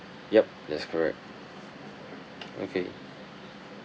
yup that's correct okay